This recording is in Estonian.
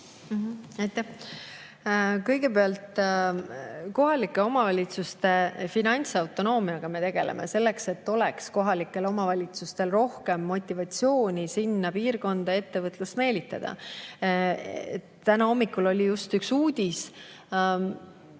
Kõigepealt, kohalike omavalitsuste finantsautonoomiaga me tegeleme selleks, et oleks kohalikel omavalitsustel rohkem motivatsiooni sinna piirkonda ettevõtlust meelitada. Täna hommikul oli just üks uudis –